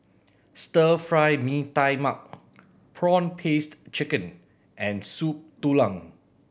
Stir Fry Mee Tai Mak prawn paste chicken and Soup Tulang